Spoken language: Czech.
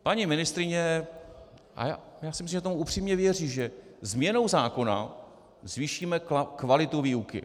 Paní ministryně, já myslím, že tomu upřímně věří, že změnou zákona zvýšíme kvalitu výuky.